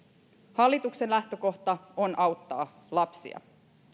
hallituksen lähtökohta on auttaa lapsia